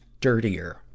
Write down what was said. dirtier